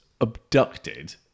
abducted